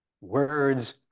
words